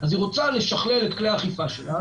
היא רוצה לשכלל את כלי האכיפה שלה.